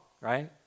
right